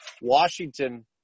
Washington